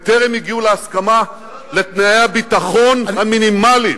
הם טרם הגיעו להסכמה לתנאי הביטחון המינימליים,